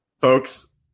Folks